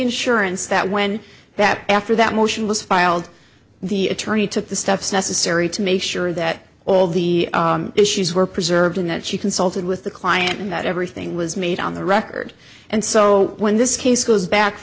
insurance that when that after that motion was filed the attorney took the steps necessary to make sure that all the issues were preserved and that she consulted with the client and that everything was made on the record and so when this case goes back